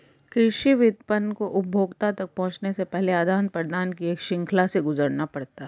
कृषि विपणन को उपभोक्ता तक पहुँचने से पहले आदान प्रदान की एक श्रृंखला से गुजरना पड़ता है